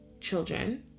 children